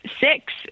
six